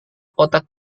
kotak